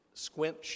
squint